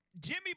Jimmy